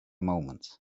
moment